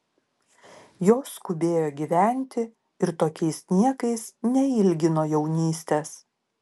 jos skubėjo gyventi ir tokiais niekais neilgino jaunystės